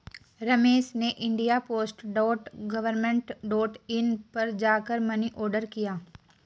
रमेश ने India post dot government dot in पर जा कर मनी ऑर्डर किया